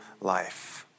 life